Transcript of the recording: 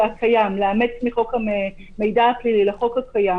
לאמץ מחוק המידע הפלילי לחוק הקיים.